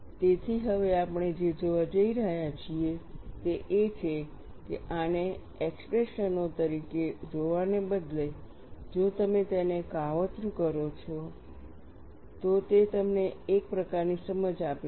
તેથી હવે આપણે જે જોવા જઈ રહ્યા છીએ તે એ છે કે આને એક્સપ્રેશનઓ તરીકે જોવાને બદલે જો તમે તેને કાવતરું કરો છો તો તે તમને એક પ્રકારની સમજ આપે છે